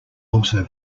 also